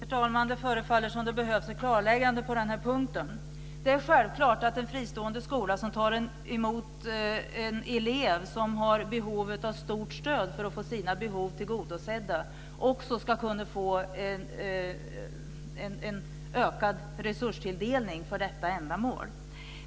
Herr talman! Det förefaller som att det behövs ett klarläggande på den här punkten. Det är självklart att en fristående skola som tar emot en elev som har behov av stort stöd för att få sina behov tillgodosedda också ska kunna få en ökad resurstilldelning för detta ändamål.